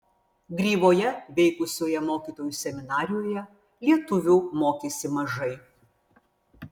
gryvoje veikusioje mokytojų seminarijoje lietuvių mokėsi mažai